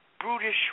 brutish